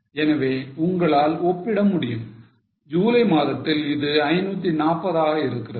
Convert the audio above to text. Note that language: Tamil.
எனவே உங்களால் ஒப்பிட முடியும் ஜூலை மாதத்தில் இது 540 ஆக இருக்கிறது